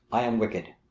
i am wicked,